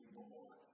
more